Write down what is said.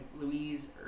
Louise